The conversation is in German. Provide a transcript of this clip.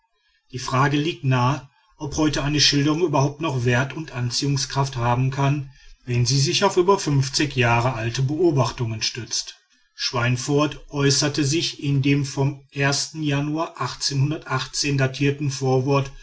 die frage liegt nahe ob heute eine schilderung überhaupt noch wert und anziehungskraft haben kann wenn sie sich auf über fünfzig jahre alte beobachtungen stützt schweinfurth äußert sich in dem vom januar datierten vorwort